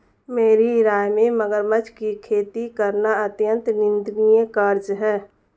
मेरी राय में मगरमच्छ की खेती करना अत्यंत निंदनीय कार्य है